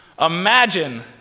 Imagine